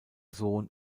sohn